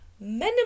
minimum